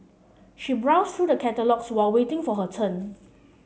she browsed through the catalogues while waiting for her turn